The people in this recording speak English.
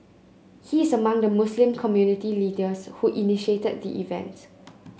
he is among the Muslim community leaders who initiated the event